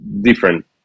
different